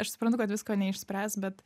ir suprantu kad visko neišspręs bet